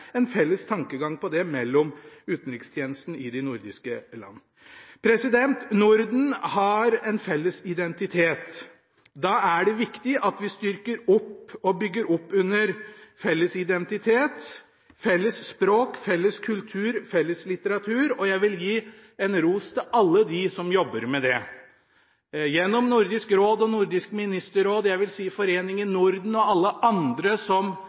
en felles tankegang på det mellom utenrikstjenestene i de nordiske land. Norden har en felles identitet. Da er det viktig at vi styrker og bygger opp under felles identitet, felles språk, felles kultur og felles litteratur. Jeg vil gi ros til alle dem som jobber med det gjennom Nordisk råd, Nordisk ministerråd, Foreningen Norden og alle andre som